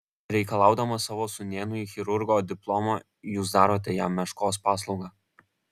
reikalaudamas savo sūnėnui chirurgo diplomo jūs darote jam meškos paslaugą